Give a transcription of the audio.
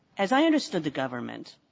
as i understood the government,